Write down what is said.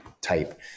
type